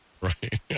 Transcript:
Right